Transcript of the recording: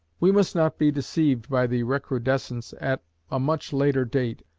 we must not be deceived by the recrudescence, at a much later date,